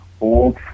old